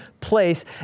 place